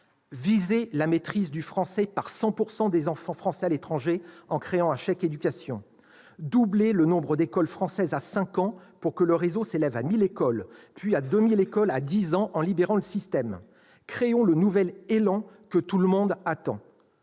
viser la maîtrise du français par 100 % des enfants français vivant à l'étranger, en créant un chèque éducation ; doubler le nombre d'écoles françaises d'ici à cinq ans, pour que le réseau compte 1 000 écoles, puis 2 000 écoles d'ici à dix ans, en libérant le système. Créons le nouvel élan que tout le monde attend.